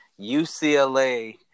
UCLA